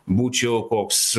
būčiau koks